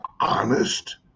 honest